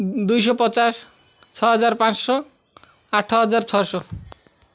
ଦୁଇଶହ ପଚାଶ ଛଅ ହଜାର ପାଞ୍ଚ ଶହ ଆଠ ହଜାର ଛଅଶହ